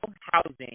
housing